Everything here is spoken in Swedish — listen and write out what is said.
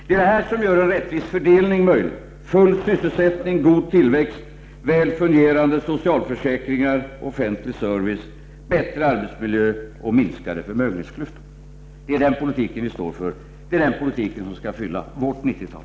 Det är detta som gör en rättvis fördelning möjlig: full sysselsättning, god tillväxt, väl fungerande socialförsäkringar och offentlig service, bättre arbetsmiljö och minskade förmögenhetsklyftor. Det är den politiken vi står för, och det är den politiken som skall fylla vårt 90-tal.